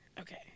Okay